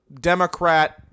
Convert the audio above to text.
Democrat